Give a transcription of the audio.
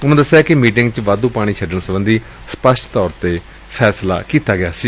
ਉਨੂਾਂ ਦਸਿਆ ਕਿ ਮੀਟਿੰਗ ਚ ਵਾਧੂ ਪਾਣੀ ਛੱਡਣ ਸਬੰਧੀ ਸਪਸ਼ਟ ਤੌਰ ਤੇ ਫੈਸਲਾ ਲਿਆ ਗਿਆ ਸੀ